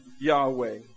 Yahweh